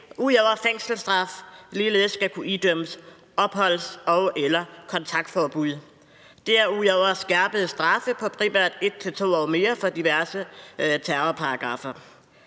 ud over fængselsstraf ligeledes skal kunne idømmes et opholdsforbud og/eller et kontaktforbud. Derudover er der tale om skærpede straffe på primært 1-2 år mere for diverse terrorparagraffer.